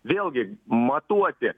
vėlgi matuoti